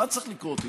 מה צריך לקרות איתו?